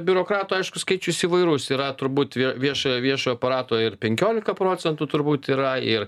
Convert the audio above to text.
biurokratų aišku skaičius įvairus yra turbūt viešojo viešojo aparato ir penkiolika procentų turbūt yra ir